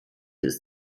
ist